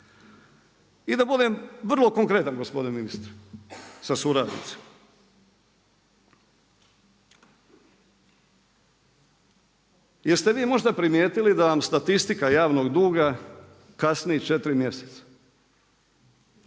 I da budem vrlo konkretan gospodine ministre sa suradnicom, jeste vi možda primijetili da vam statistika javnog duga kasni četiri mjeseca?